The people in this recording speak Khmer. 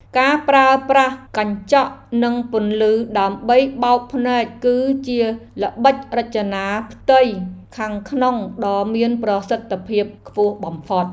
ការប្រើប្រាស់កញ្ចក់និងពន្លឺដើម្បីបោកភ្នែកគឺជាល្បិចរចនាផ្ទៃខាងក្នុងដ៏មានប្រសិទ្ធភាពខ្ពស់បំផុត។